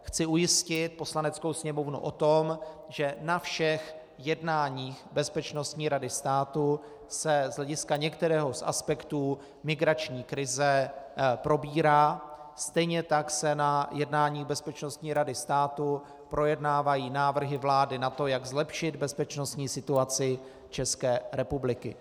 Chci ujistit Poslaneckou sněmovnu o tom, že na všech jednáních Bezpečnostní rady státu se z hlediska některého z aspektů migrační krize probírá a stejně tak se na jednáních Bezpečnostní rady státu projednávají návrhy vlády na to, jak zlepšit bezpečnostní situaci České republiky.